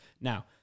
Now